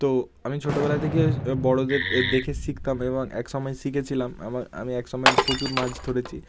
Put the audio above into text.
তো আমি ছোটোবেলা থেকে বড়োদের দেখে শিখতাম এবং এক সময় শিখেছিলাম আমা আমি এক সময় প্রচুর মাছ ধরেছি